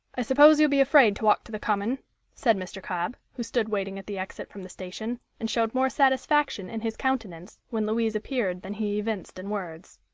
i suppose you'll be afraid to walk to the common said mr. cobb, who stood waiting at the exit from the station, and showed more satisfaction in his countenance when louise appeared than he evinced in words.